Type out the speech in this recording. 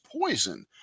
poison